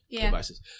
devices